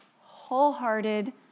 Wholehearted